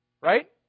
Right